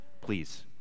please